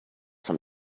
from